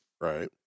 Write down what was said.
Right